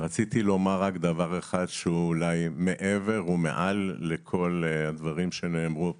רציתי לומר רק דבר אחד שהוא מעבר ומעל לכל הדברים שנאמרו פה,